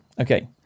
Okay